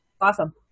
Awesome